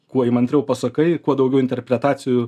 kuo įmantriau pasakai kuo daugiau interpretacijų